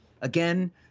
again